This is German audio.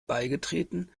beigetreten